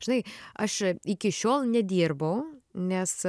žinai aš iki šiol nedirbau nes